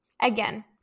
Again